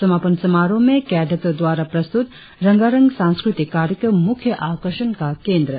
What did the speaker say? समापन समारोह में कैडटो द्वारा प्रस्तुत रंगारंग सांस्कृतिक कार्यक्रम मुख्य आकर्षण का केंद्र था